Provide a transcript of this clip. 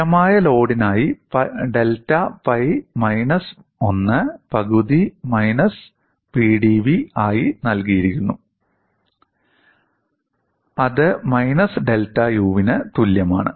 സ്ഥിരമായ ലോഡിനായി delta pi minus 1 പകുതി Pdv ആയി നൽകിയിരിക്കുന്നു അത് മൈനസ് ഡെൽറ്റ യുവിന് തുല്യമാണ്